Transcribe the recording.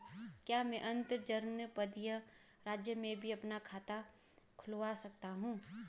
क्या मैं अंतर्जनपदीय राज्य में भी अपना खाता खुलवा सकता हूँ?